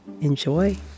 enjoy